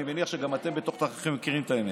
אני מניח שגם אתם בתוך-תוככם מכירים את האמת.